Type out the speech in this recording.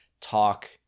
talk